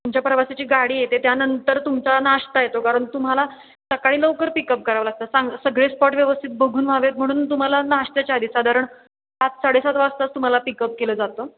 तुमच्या प्रवासाची गाडी येते त्यानंतर तुमचा नाश्ता येतो कारण तुम्हाला सकाळी लवकर पिकअप करावं लागतं सांग सगळे स्पॉट व्यवस्थित बघून व्हावेत म्हणून तुम्हाला नाश्त्याच्या आधी साधारण सात साडेसात वाजताच तुम्हाला पिकअप केलं जातं